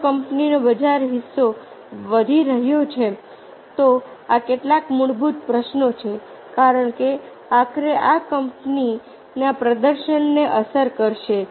જો કંપનીનો બજાર હિસ્સો વધી રહ્યો છે તો આ કેટલાક મૂળભૂત પ્રશ્નો છે કારણ કે આખરે આ કંપનીના પ્રદર્શનને અસર કરશે